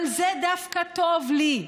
זה דווקא טוב לי.